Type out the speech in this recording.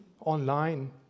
online